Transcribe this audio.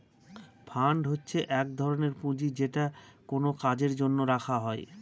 fund হচ্ছে এক ধরনের পুঁজি যেটা কোনো কাজের জন্য রাখা হয়